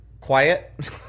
quiet